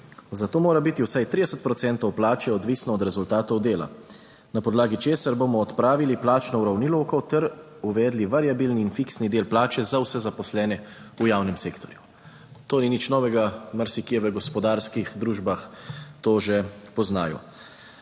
Zato mora biti vsaj 30 procentov plače odvisno od rezultatov dela. Na podlagi česar bomo odpravili plačno uravnilovko ter uvedli variabilni in fiksni del plače za vse zaposlene v javnem sektorju." To ni nič novega, marsikje v gospodarskih družbah to že poznajo.